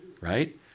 right